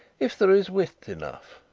if there is width enough,